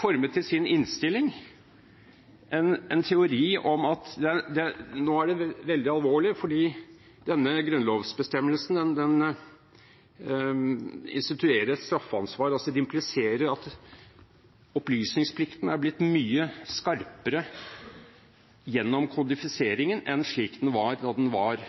formet en teori om at det nå er veldig alvorlig, fordi denne grunnlovsbestemmelsen instituerer et straffansvar. De impliserer altså at opplysningsplikten er blitt mye skarpere gjennom kodifiseringen enn slik den var, da den var